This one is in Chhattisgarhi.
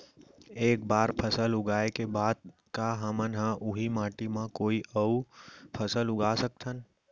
एक बार फसल उगाए के बाद का हमन ह, उही माटी मा कोई अऊ फसल उगा सकथन?